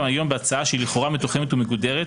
היום בהצעה שהיא לכאורה מתוחמת ומגודרת,